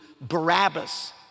Barabbas